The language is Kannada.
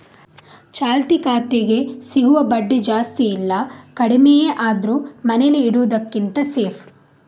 ಚಾಲ್ತಿ ಖಾತೆಗೆ ಸಿಗುವ ಬಡ್ಡಿ ಜಾಸ್ತಿ ಇಲ್ಲ ಕಡಿಮೆಯೇ ಆದ್ರೂ ಮನೇಲಿ ಇಡುದಕ್ಕಿಂತ ಸೇಫ್